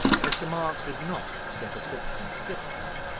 mr. mark did not get a sixpence this time.